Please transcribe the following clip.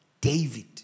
David